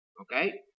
Okay